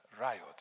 riots